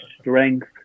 strength